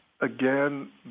again